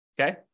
Okay